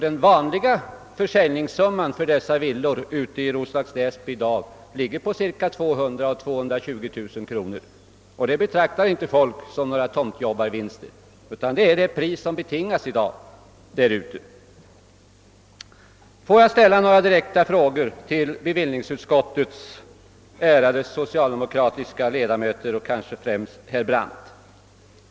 Den vanliga försäljningssumman i Roslags Näsby ligger i dag på 200 000 å 220 000 kronor, och detta betraktar inte folk som någon tomtjobbarvinst. Jag vill ställa några direkta frågor till bevillningsutskottets ärade socialdemokratiska ledamöter, främst till herr Brandt.